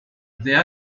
there